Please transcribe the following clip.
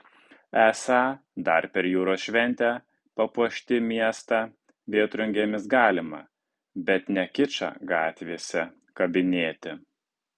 esą dar per jūros šventę papuošti miestą vėtrungėmis galima bet ne kičą gatvėse kabinėti